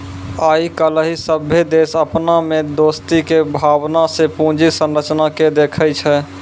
आइ काल्हि सभ्भे देश अपना मे दोस्ती के भावना से पूंजी संरचना के देखै छै